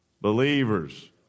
Believers